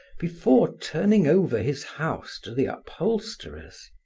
before turning over his house to the upholsterers!